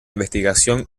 investigación